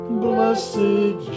Blessed